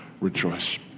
rejoice